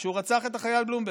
שהוא רצח את החייל בלומברג,